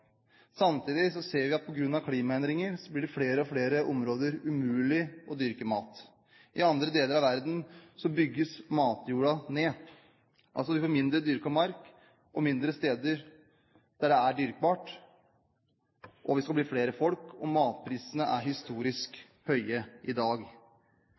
Samtidig ser vi at på grunn av klimaendringer blir det i flere og flere områder umulig å dyrke mat. I andre deler av verden bygges matjorda ned, altså får vi mindre dyrket mark og færre steder der det er dyrkbart. Vi skal bli flere folk; og matprisene er historisk høye i dag.